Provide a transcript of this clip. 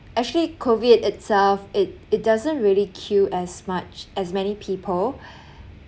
actually COVID itself it it doesn't really kill as much as many people